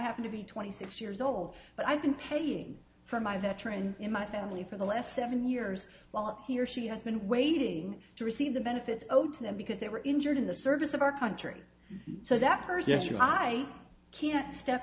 have to be twenty six years old but i've been paying for my veteran in my family for the last seven years while he or she has been waiting to receive the benefits owed to them because they were injured in the service of our country so that person is you i can't step